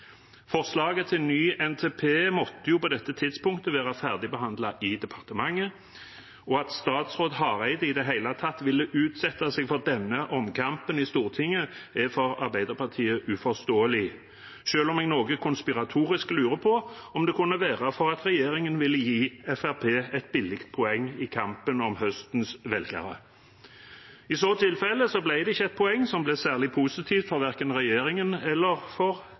Forslaget til ny NTP måtte på dette tidspunktet vært ferdig behandlet i departementet, og at statsråd Hareide i det hele tatt ville utsette seg for denne omkampen i Stortinget, er for Arbeiderpartiet uforståelig – selv om jeg noe konspiratorisk lurer på om det kunne være for at regjeringen ville gi Fremskrittspartiet et billig poeng i kampen om høstens velgere. I så tilfelle ble det ikke et poeng som ble særlig positivt for verken regjeringen eller